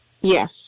Yes